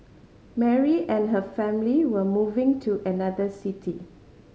Mary and her family were moving to another city